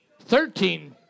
Thirteen